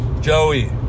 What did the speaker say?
Joey